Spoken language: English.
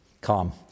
calm